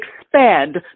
expand